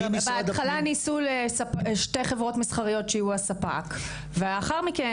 בהתחלה ניסו שתי חברות מסחריות שיהיו הספק ולאחר מכן,